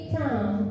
town